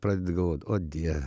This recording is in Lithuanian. pradedi galvoti o dieve